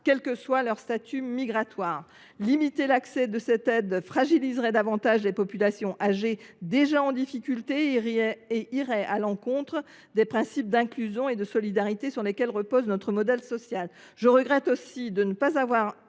quel que soit leur statut migratoire, doit être considérée. Limiter l’accès à cette aide fragiliserait davantage les populations âgées déjà en difficulté et irait à l’encontre des principes d’inclusion et de solidarité sur lesquels repose notre modèle social. Je regrette aussi l’absence